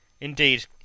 Indeed